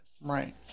right